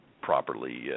properly